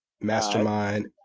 Mastermind